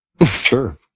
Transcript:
Sure